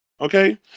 Okay